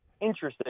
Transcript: interesting